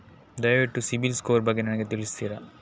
ದಯವಿಟ್ಟು ಸಿಬಿಲ್ ಸ್ಕೋರ್ ಬಗ್ಗೆ ನನಗೆ ತಿಳಿಸ್ತಿರಾ?